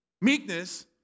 Meekness